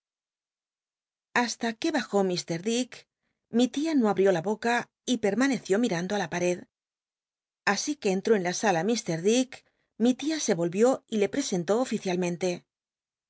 hasta jne bajó m dick mi tia no abrió la boca y pei'olaneció niando la pared así que entró en la sala lk dick mi tia se volvió y le pesentú